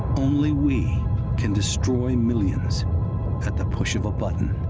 only we can destroy millions at the push of a button.